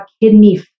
kidney